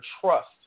trust